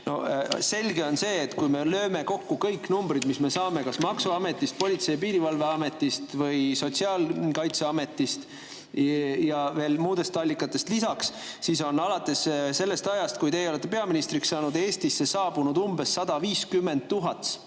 Selge on see, et kui me lööme kokku kõik numbrid, mis me saame kas maksuametist, Politsei- ja Piirivalveametist või Sotsiaalkaitseametist ja veel muudest allikatest lisaks, siis on alates sellest ajast, kui teie olete peaministriks saanud, Eestisse saabunud umbes 150 000